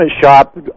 shop